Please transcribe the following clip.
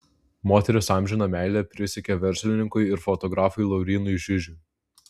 moteris amžiną meilę prisiekė verslininkui ir fotografui laurynui žižiui